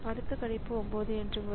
அடுத்த கணிப்பு 9 என்று வரும்